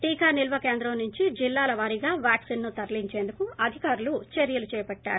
టీకా నిల్వ కేంద్రం నుంచి జిల్లాల వారీగా వ్యాక్పిన్ను తరలించేందుకు అధికారులు చర్యలు చేపట్టారు